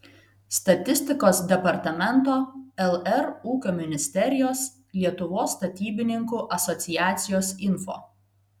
statistikos departamento lr ūkio ministerijos lietuvos statybininkų asociacijos info